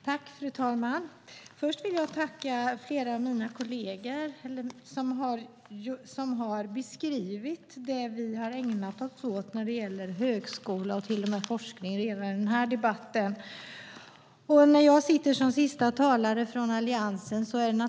Fru talman! Först vill jag tacka flera av mina kolleger som har beskrivit det vi har ägnat oss åt när det gäller högskola och till och med forskning redan i den här debatten. Jag är siste talare från Alliansen.